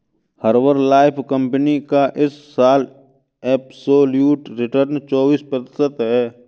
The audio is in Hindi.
हर्बललाइफ कंपनी का इस साल एब्सोल्यूट रिटर्न चौबीस प्रतिशत है